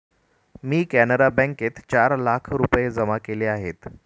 मी कॅनरा बँकेत चार लाख रुपये जमा केले आहेत